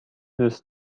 دوست